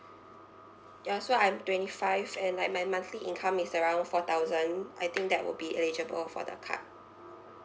ya so I'm twenty five and like my monthly income is around four thousand I think that would be eligible for the card